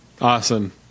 Awesome